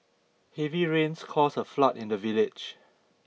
heavy rains caused a flood in the village